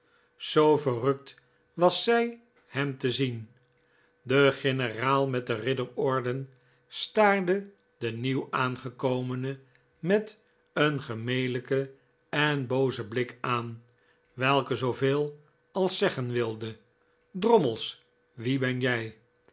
zoo verrukt was zij hem te zien de generaal met de ridderorden staarde den nieuwaangekomene met een gemelijken en boozen blik aan welke zooveel als zeggen wilde drommels wie ben jij